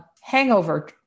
hangover